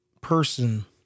person